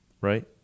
right